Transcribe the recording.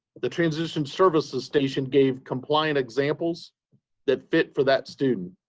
the transition services station gave compliant examples that fit for that student.